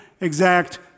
exact